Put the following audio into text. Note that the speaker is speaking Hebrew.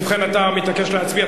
ובכן, אתה מתעקש להצביע.